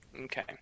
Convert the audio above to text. Okay